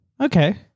Okay